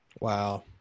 Wow